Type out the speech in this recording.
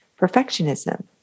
perfectionism